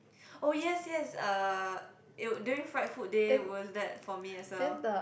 oh yes yes uh eh during fried food day was that for me as well